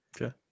Okay